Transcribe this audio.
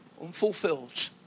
unfulfilled